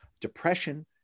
depression